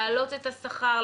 להעלות את השכר,